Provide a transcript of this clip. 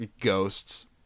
ghosts